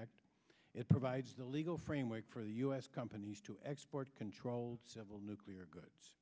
act it provides the legal framework for the u s companies to export controlled civil nuclear goods